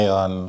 on